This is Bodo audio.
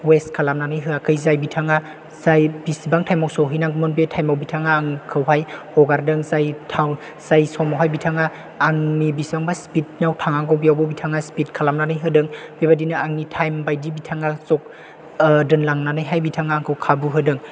वेस्त खालामनानै होआखै जाय बिथाङा जाय बिसिबां टाइमाव सौहैनांगौमोन बे टाइमआव बिथाङा आंखौहाय हगारदों जाय थाव जाय समावहाय बिथाङा आंनि बिसिबांबा स्पिदआव थांनांगौ बेयावबो बिथाङा स्पिद खालामनानै होदों बेबायदिनो आंनि टाइम बायदि बिथाङा दोनलांनानैहाय बिथाङा आंखौ खाबु होदों